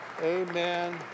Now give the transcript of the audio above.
Amen